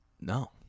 No